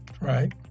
Right